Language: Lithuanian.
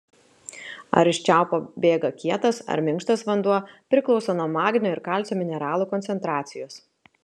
ar iš čiaupo bėga kietas ar minkštas vanduo priklauso nuo magnio ir kalcio mineralų koncentracijos